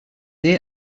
they